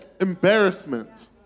embarrassment